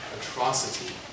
atrocity